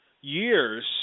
years